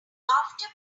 after